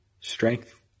strength